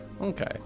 Okay